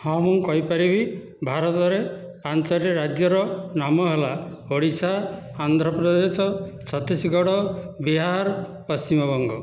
ହଁ ମୁଁ କହିପାରିବି ଭାରତରେ ପାଞ୍ଚଟି ରାଜ୍ୟର ନାମ ହେଲା ଓଡ଼ିଶା ଆନ୍ଧ୍ରପ୍ରଦେଶ ଛତିଶଗଡ଼ ବିହାର ପଶ୍ଚିମବଙ୍ଗ